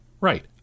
Right